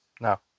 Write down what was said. No